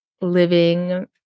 living